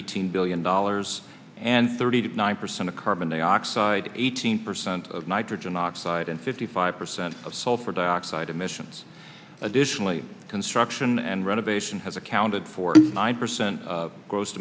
eighteen billion dollars and thirty one percent of carbon dioxide eighteen percent of nitrogen oxide and fifty five percent of sulfur dioxide emissions additionally construction and renovation has accounted for nine percent of gross